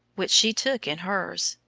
which she took in hers,